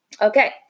Okay